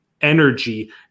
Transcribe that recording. energy